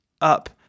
up